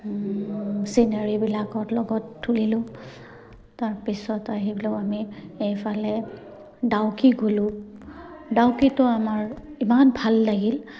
চিনেৰীবিলাকৰ লগত তুলিলোঁ তাৰপিছত আহিলো আমি এইফালে ডাউকি গলোঁ ডাউকিটো আমাৰ ইমান ভাল লাগিল